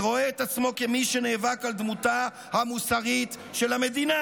ורואה את עצמו כמי שנאבק על דמותה המוסרית של המדינה,